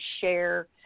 share